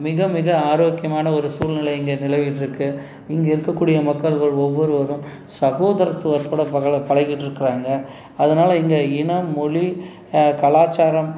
மிகமிக ஆரோக்கியமான ஒரு சூழ்நிலை இங்கே நிலவிகிட்ருக்கு இங்கே இருக்கக்கூடிய மக்கள்கள் ஒவ்வொருவரும் சகோதரத்துவத்தோட பகல பழக்கிட்டிருக்கறாங்க அதனால இந்த இனம் மொழி கலாச்சாரம்